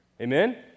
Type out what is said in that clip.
Amen